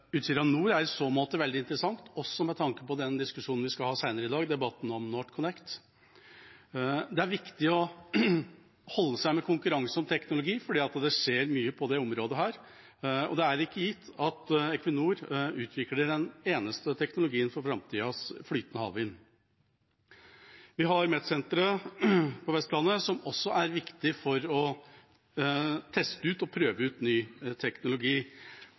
Utsira Nord er i så måte veldig interessant, også med tanke på den diskusjonen vi skal ha senere i dag, debatten om NorthConnect. Det er viktig å holde seg med konkurranse om teknologi, for det skjer mye på dette området, og det er ikke gitt at Equinor utvikler den eneste teknologien for framtidas flytende havvind. Vi har Metcentre på Vestlandet, som også er viktig for å teste ut og prøve ut ny teknologi.